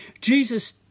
Jesus